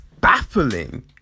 baffling